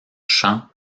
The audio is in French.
chant